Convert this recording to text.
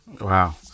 Wow